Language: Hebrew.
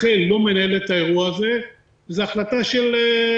לתפעל אותה כמו שאולי רח"ל היתה יכול לעשות בסיטואציה